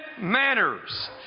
manners